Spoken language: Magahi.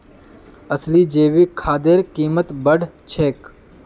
असली जैविक खादेर कीमत बढ़ छेक